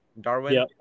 Darwin